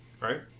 Right